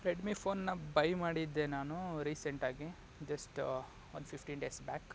Redmi ಫೋನ್ನ buy ಮಾಡಿದ್ದೆ ನಾನು ರೀಸೆಂಟ್ ಆಗಿ ಜಸ್ಟ್ ಒಂದು ಫಿಫ್ಟೀನ್ ಡೇಸ್ ಬ್ಯಾಕ್